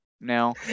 now